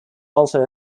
also